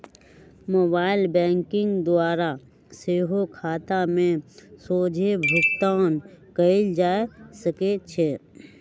mobile banking द्वारा सेहो खता में सोझे भुगतान कयल जा सकइ छै